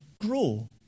grow